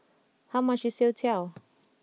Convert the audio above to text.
how much is Youtiao